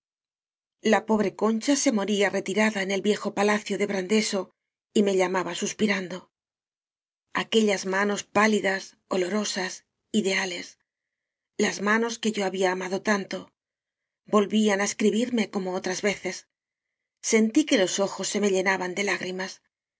la pobre concha se moría retirada en el viejo pala cio de brandeso y me llamaba suspirando aquellas manos pálidas olorosas ideales las manos que yo había amado tanto vol vían á escribirme como otras veces sentí que los ojos se me llenaban de lágrimas